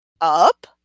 up